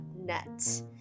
net